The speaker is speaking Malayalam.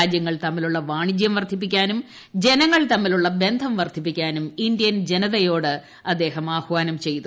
രാജ്യങ്ങൾ തമ്മിലുള്ള വാണിജ്യം വർദ്ധിപ്പിക്കാനും ആളുകൾ തമ്മിലുള്ള ബന്ധം വർദ്ധിപ്പിക്കാനും ഇന്ത്യൻ ജനതയോട് അദ്ദേഹം ആഹാനം ചെയ്തു